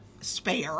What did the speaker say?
spare